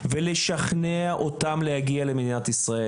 ולשכנע אותם להגיע למדינת ישראל.